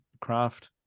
craft